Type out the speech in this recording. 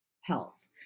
health